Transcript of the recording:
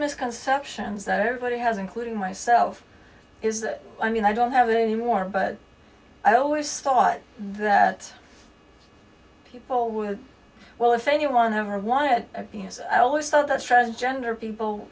misconceptions that everybody has including myself is that i mean i don't have any warm but i always thought that people were well if anyone ever wanted i always thought that's transgender people